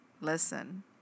listen